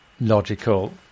logical